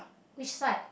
which side